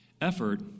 Effort